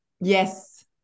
Yes